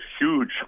huge